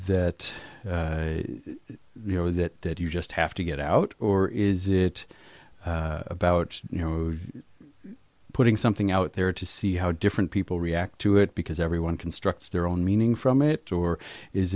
that you know that you just have to get out or is it about you know putting something out there to see how different people react to it because everyone constructs their own meaning from it or is